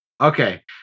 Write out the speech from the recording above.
Okay